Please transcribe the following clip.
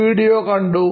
വീഡിയോയും അവർ കണ്ടു